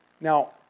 Now